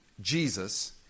Jesus